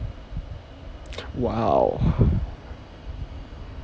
!wow!